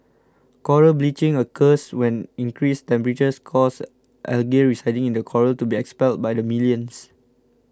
coral bleaching occurs when increased temperatures cause algae residing in the coral to be expelled by the millions